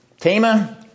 Tama